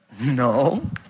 No